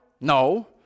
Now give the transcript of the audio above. No